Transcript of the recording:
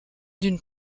d’une